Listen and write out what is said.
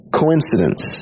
coincidence